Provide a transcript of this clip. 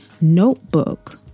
notebook